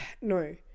No